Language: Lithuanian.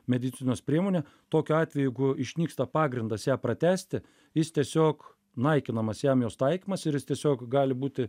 medicinos priemonė tokiu atveju jeigu išnyksta pagrindas ją pratęsti jis tiesiog naikinamas jam jos taikymas ir jis tiesiog gali būti